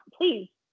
please